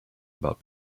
about